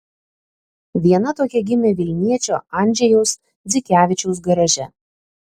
viena tokia gimė vilniečio andžejaus dzikevičiaus garaže